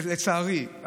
לצערי,